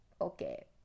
okay